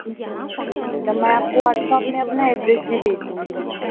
जी जी जी मैडम मैं आप को व्हाट्सएप में अपना एड्रैस भी भेज दूँगी मैडम